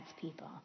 people